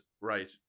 right